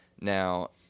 Now